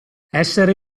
essere